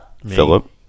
Philip